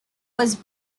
was